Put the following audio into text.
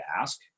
ask